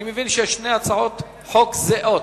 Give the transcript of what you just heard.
אני מבין ששתי הצעות החוק זהות,